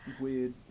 weird